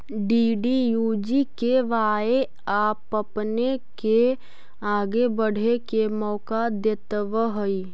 DDUGKY आपपने के आगे बढ़े के मौका देतवऽ हइ